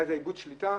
אולי זה איבוד שליטה,